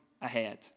ahead